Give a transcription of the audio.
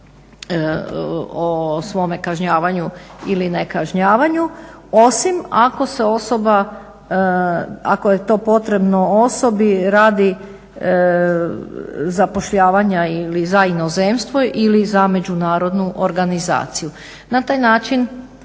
o svome kažnjavanju ili nekažnjavanju osim ako se osoba ako je to potrebno osobi radi zapošljavanja ili za inozemstvo ili za međunarodnu organizaciju. Na taj način